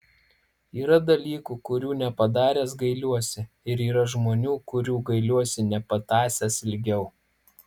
yra dalykų kurių nepadaręs gailiuosi ir yra žmonių kurių gailiuosi nepatąsęs ilgiau